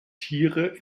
tiere